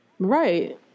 Right